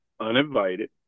uninvited